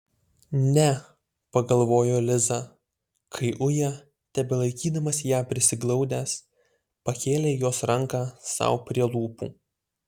ne pagalvojo liza kai uja tebelaikydamas ją prisiglaudęs pakėlė jos ranką sau prie lūpų